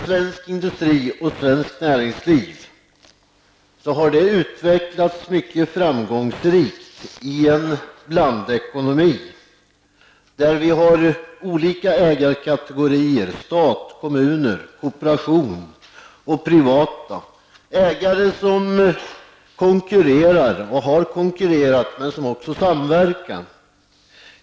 Svensk industri och svenskt näringsliv har utvecklats mycket framgångsrikt i en blandekonomi. Vi har olika ägarkategorier -- stat, kommuner, kooperation och privata ägare -- som konkurrerar och har konkurrerat men som också samverkar.